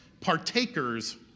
partakers